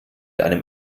einem